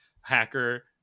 hacker